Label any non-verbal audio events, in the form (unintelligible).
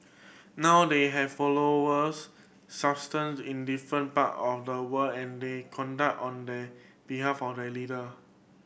now they have followers (unintelligible) in different part of the world and they conduct on the behalf of their leader